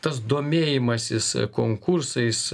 tas domėjimasis konkursais